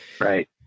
Right